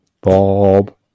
Bob